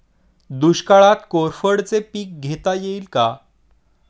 दुष्काळात कोरफडचे पीक घेता येईल का?